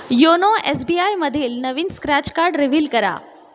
YONO एसबीआयमधील नवीन scratch card reveal करा